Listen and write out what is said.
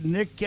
Nick